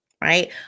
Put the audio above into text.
right